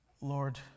Lord